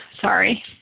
sorry